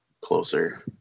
closer